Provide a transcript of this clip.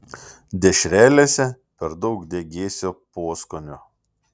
dešrelėse per daug degėsio poskonio